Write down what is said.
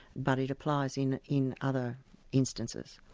but it applies in in other instances.